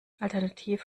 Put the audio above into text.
alternativ